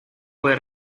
puede